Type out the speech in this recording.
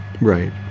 Right